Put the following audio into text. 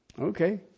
Okay